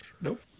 Nope